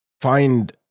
find